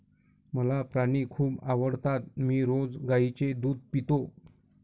मला प्राणी खूप आवडतात मी रोज गाईचे दूध पितो